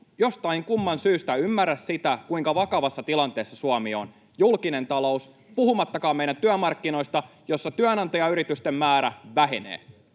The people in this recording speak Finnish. jostain kumman syystä ymmärrä sitä, kuinka vakavassa tilanteessa Suomi on. Julkinen talous, puhumattakaan meidän työmarkkinoista, jossa työnantajayritysten määrä vähenee